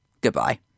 Goodbye